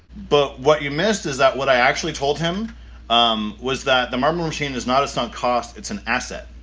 but, what you missed is that what i actually told him um was that the marble machine is not a sunk cost. it's an asset.